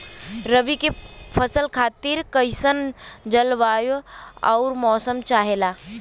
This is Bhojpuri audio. रबी क फसल खातिर कइसन जलवाय अउर मौसम चाहेला?